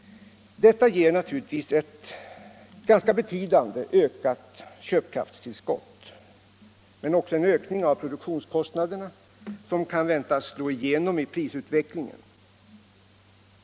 Detta ger naturligtvis ett ganska betydande ökat köpkraftstillskott men också en ökning av produktionskostnaderna, som kan vän-. tas slå igenom i prisutvecklingen.